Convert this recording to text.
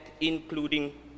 including